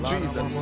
Jesus